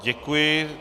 Děkuji.